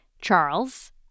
Charles